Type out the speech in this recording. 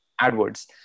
AdWords